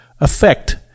affect